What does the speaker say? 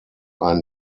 ein